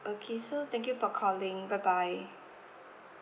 okay so thank you for calling bye bye